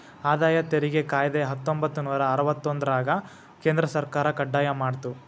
ಆದಾಯ ತೆರಿಗೆ ಕಾಯ್ದೆ ಹತ್ತೊಂಬತ್ತನೂರ ಅರವತ್ತೊಂದ್ರರಾಗ ಕೇಂದ್ರ ಸರ್ಕಾರ ಕಡ್ಡಾಯ ಮಾಡ್ತು